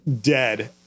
dead